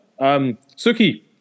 Suki